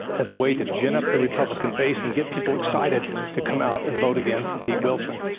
as a way to gin up the republican base and get people excited to come out and vote again for pete wilson.